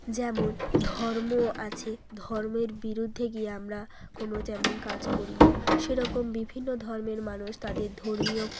যেমন ধর্মও আছে ধর্মের বিরুদ্ধে গিয়ে আমরা কোনও যেমন কাজ করি না সেরকম বিভিন্ন ধর্মের মানুষ তাদের ধর্মীয়